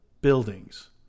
buildings